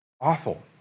awful